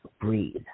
breathe